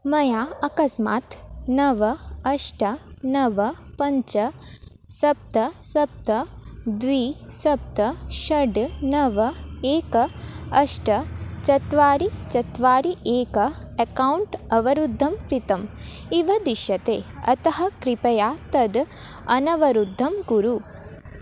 मया अकस्मात् नव अष्ट नव पञ्च सप्त सप्त द्वि सप्त षड् नव एकम् अष्ट चत्वारि चत्वारि एकम् अकौण्ट् अवरुद्धं कृतम् इव दृश्यते अतः कृपया तद् अनवरुद्धं कुरु